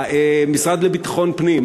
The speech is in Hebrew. המשרד לביטחון פנים,